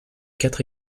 quatre